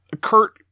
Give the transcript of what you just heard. Kurt